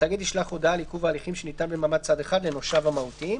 התאגיד ישלח הודעה על עיכוב הליכים שניתן במעמד צד אחד לנושיו המהותיים.